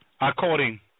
according